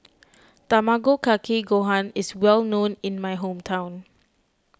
Tamago Kake Gohan is well known in my hometown